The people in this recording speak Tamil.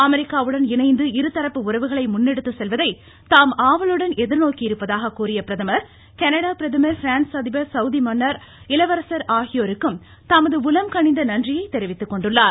அமெரிக்காவுடன் இணைந்து இருதரப்பு உறவுகளை முன்னெடுத்துச் செல்வதை தாம் ஆவலுடன் எதிர்நோக்கியிருப்பதாக கூறிய பிரதமர் கனடா பிரதமர் பிரான்ஸ் அதிபர் சவுதி மன்னர் இளவரசர் ஆகியோருக்கும் தமது உளம் கனிந்த நன்றியை தெரிவித்துக்கொண்டுள்ளார்